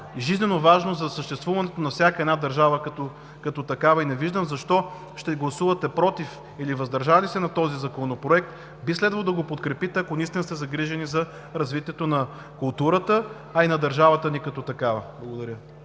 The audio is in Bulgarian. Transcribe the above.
жизненоважно за съществуването на всяка една държава като такава и не виждам защо ще гласувате „против“ или „въздържали се“ на този законопроект. Би следвало да го подкрепите, ако наистина сте загрижени за развитието на културата, а и на държавата ни като такава. Благодаря.